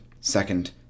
second